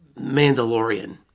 Mandalorian